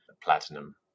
platinum